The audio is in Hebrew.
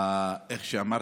כמו שאמרת,